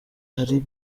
hari